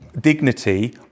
dignity